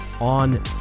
on